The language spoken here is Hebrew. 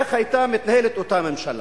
איך היתה מתנהלת אותה ממשלה?